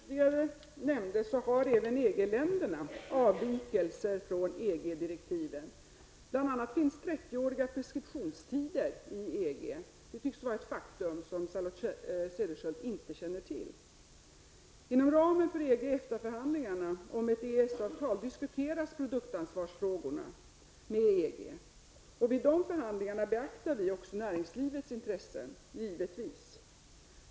Herr talman! Som jag tidigare nämnde finns även inom EG-länderna avvikelser från EG-direktiven. Bl.a. finns inom EG 30-åriga preskriptionstider. Detta tycks vara ett faktum som Charlotte Cederschiöld inte känner till. Inom ramen för EG--EFTA-förhandlingarna om ett EES-avtal diskuteras produktansvarsfrågorna med EG. Vid dessa förhandlingar beaktar vi givetvis också näringslivets intressen.